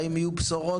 האם יהיו בשורות